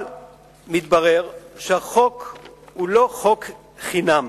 אבל מתברר שהחוק הוא לא חוק חינם,